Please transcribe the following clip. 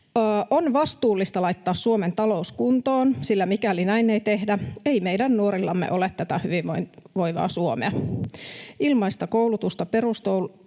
On vastuullista laittaa Suomen talous kuntoon, sillä mikäli näin ei tehdä, ei meidän nuorillamme ole tätä hyvinvoivaa Suomea, ilmaista koulutusta peruskoulusta